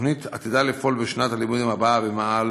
התוכנית עתידה לפעול בשנת הלימודים הבאה ביותר